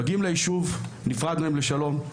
מגיעים ליישוב, נפרד מהם לשלום.